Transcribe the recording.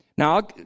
Now